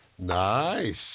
Nice